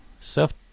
self